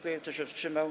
Kto się wstrzymał?